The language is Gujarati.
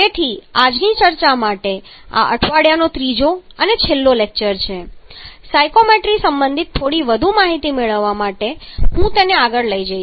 તેથી આજની ચર્ચા માટે આ અઠવાડિયાનો ત્રીજો અને છેલ્લો લેક્ચર છેસાયકોમેટ્રી સંબંધિત થોડી વધુ માહિતી મેળવવા માટે હું તેને આગળ લઈ જઈશ